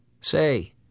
Say